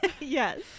Yes